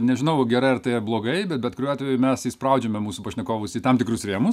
nežinau gerai ar tai ar blogai bet bet kuriuo atveju mes įspraudžiame mūsų pašnekovus į tam tikrus rėmus